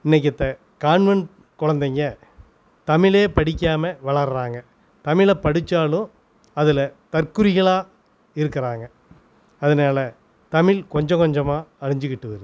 இன்னைக்கி இப்போ கான்வென்ட் குழந்தைங்க தமிழை படிக்காமல் வளர்கிறாங்க தமிழை படித்தாலும் அதில் தற்குறிகளாக இருக்கிறாங்க அதனால தமிழ் கொஞ்சம் கொஞ்சமாக அழிஞ்சுக்கிட்டு வருது